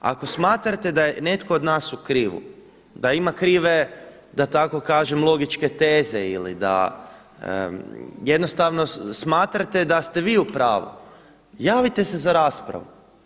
Ako smatrate da je netko od nas u krivu, da ima krive da tako kažem logičke teze ili da jednostavno smatrate da ste vi u pravu javite se za raspravu.